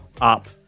up